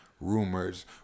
Rumors